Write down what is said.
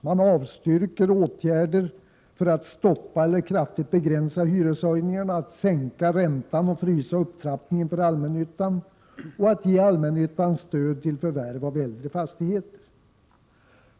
Man avstyrker förslag om åtgärder för att stoppa eller kraftigt begränsa hyreshöjningarna genom att sänka räntan och frysa upptrappningen för allmännyttan och att ge allmännyttan stöd till förvärv av äldre fastigheter.